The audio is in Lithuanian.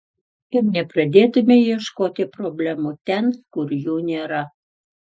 ir nepradėtumei ieškoti problemų ten kur jų nėra